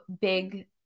big